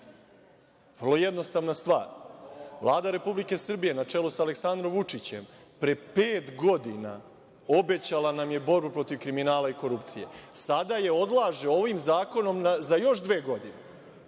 je jednostavna stvar. Vlada Republike Srbije, na čelu sa Aleksandrom Vučićem, pre pet godina obećala nam je borbu protiv kriminala i korupcije. Sada je odlaže ovim zakonom za još dve godine.